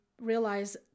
realize